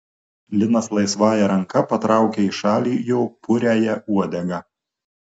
linas laisvąja ranka patraukia į šalį jo puriąją uodegą